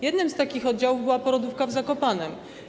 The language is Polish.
Jednym z takich oddziałów była porodówka w Zakopanem.